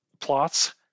plots